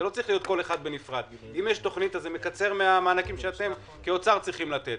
זה מקצר מהמענקים שאתם כאוצר צריכים לתת.